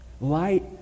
Light